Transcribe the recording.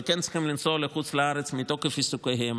אבל כן צריכים לנסוע לחוץ לארץ מתוקף עיסוקיהם?